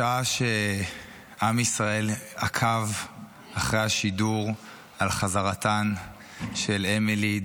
בשעה שעם ישראל עקב אחרי השידור על חזרתן של אמילי,